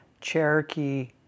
Cherokee